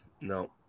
no